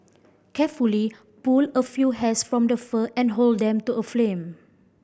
carefully pull a few hairs from the fur and hold them to a flame